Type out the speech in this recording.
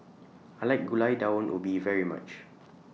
I like Gulai Daun Ubi very much